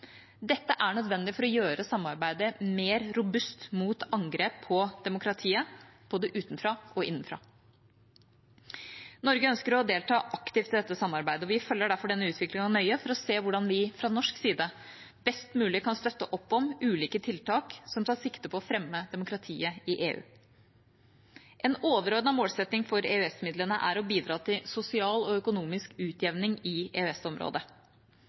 Dette er nødvendig for å gjøre samfunnet mer robust mot angrep på demokratiet – både utenfra og innenfra. Norge ønsker å delta aktivt i dette samarbeidet. Vi følger derfor denne utviklingen nøye for å se hvordan vi fra norsk side best mulig kan støtte opp om ulike tiltak som tar sikte på å fremme demokratiet i EU. En overordnet målsetting for EØS-midlene er å bidra til sosial og økonomisk utjevning i